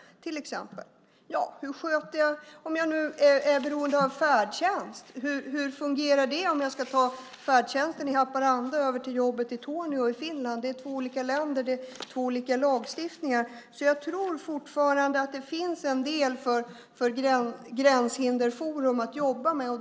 Det kan till exempel handla om hur färdtjänsten fungerar om man ska ta färdtjänsten i Haparanda över till jobbet i Torneå i Finland. Det är två olika länder. Det är två olika lagstiftningar. Jag tror fortfarande att det finns en del saker för Gränshinderforum att jobba med.